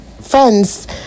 friends